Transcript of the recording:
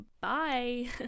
bye